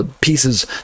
Pieces